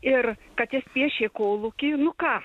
ir kad jis piešė kolūkį nu ką